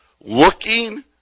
Looking